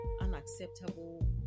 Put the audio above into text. unacceptable